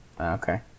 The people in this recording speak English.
Okay